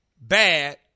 bad